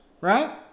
right